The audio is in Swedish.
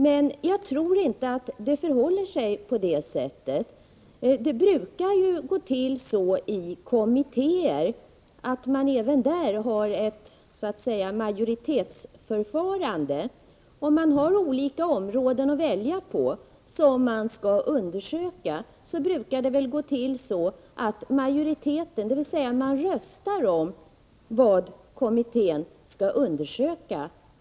Jag tror emellertid inte att det förhåller sig på det sättet. Det brukar ju gå till så i kommittéer, att man även där har ett majoritetsförfarande. Om man har att välja på olika områden som man skall undersöka, brukar det väl gå till så, att man röstar om vilka frågor kommittén skall behandla.